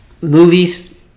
movies